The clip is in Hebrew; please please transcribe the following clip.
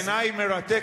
שבעיני היא מרתקת,